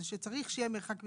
זה שצריך שיהיה מרחק בטיחות,